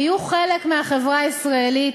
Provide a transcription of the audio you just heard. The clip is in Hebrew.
היו חלק מהחברה הישראלית,